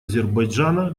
азербайджана